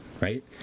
right